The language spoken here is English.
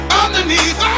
underneath